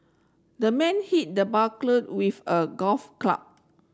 the man hit the burglar with a golf club